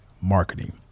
marketing